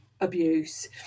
abuse